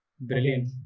brilliant